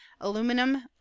aluminum